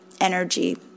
energy